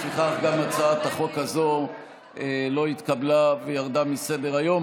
לפיכך גם הצעת החוק הזו לא התקבלה וירדה מסדר-היום.